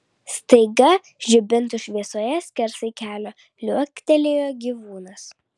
staiga žibintų šviesoje skersai kelio liuoktelėjo gyvūnas